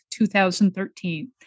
2013